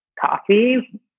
coffee